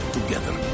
together